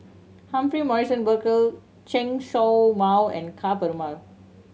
Humphrey Morrison Burkill Chen Show Mao and Ka Perumal